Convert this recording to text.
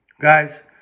Guys